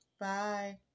Bye